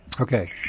Okay